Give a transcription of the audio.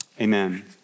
Amen